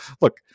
look